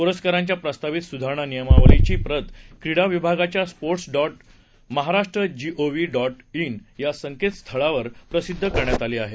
पुरस्कारांच्या प्रस्तावित सुधारणा नियमावलीची प्रत क्रीडा विभागाच्या sports dot Maharashtra G O V dot in या संकेत स्थळावर प्रसिद्ध करण्यात आलेली आहे